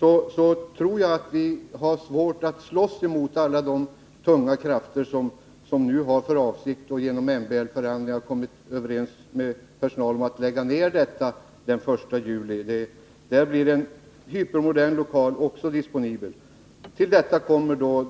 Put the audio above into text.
Men dess värre tror jag att vi får svårt att slåss mot alla de tunga krafter som har för avsikt, och nu genom MBL-förhandlingar kommit överens med personalen om, att lägga ner verksamheten den 1 juli. Där blir det också en hypermodern lokal disponibel. Till detta kommer så